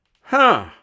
Huh